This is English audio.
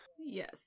yes